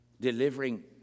delivering